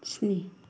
स्नि